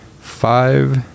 five